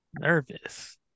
nervous